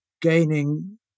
gaining